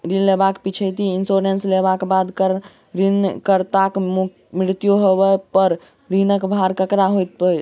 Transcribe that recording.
ऋण लेबाक पिछैती इन्सुरेंस लेबाक बाद ऋणकर्ताक मृत्यु होबय पर ऋणक भार ककरा पर होइत?